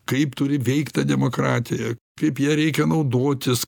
kaip turi veikt ta demokratija kaip ja reikia naudotis